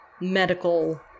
medical